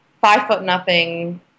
five-foot-nothing